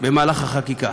במהלך החקיקה.